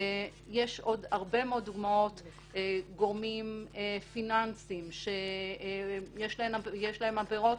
יש עוד הרבה מאוד דוגמות: גורמים פיננסיים שיש להם עבירות